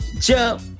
jump